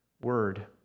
word